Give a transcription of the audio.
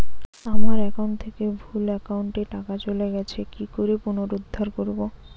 আমার একাউন্ট থেকে ভুল একাউন্টে টাকা চলে গেছে কি করে পুনরুদ্ধার করবো?